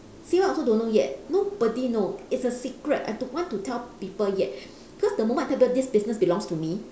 steven also don't know yet nobody know it's a secret I don't want to tell people yet cause the moment I tell people this business belongs to me